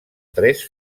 tres